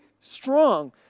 strong